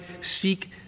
seek